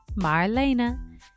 marlena